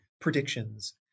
predictions